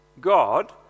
God